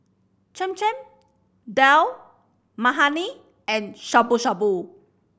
Cham Cham Dal Makhani and Shabu Shabu